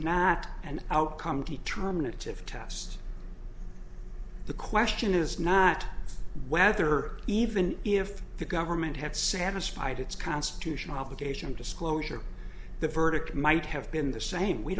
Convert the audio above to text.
not an outcome determinative test the question is not whether even if the government had satisfied its constitutional obligation disclosure the verdict might have been the same we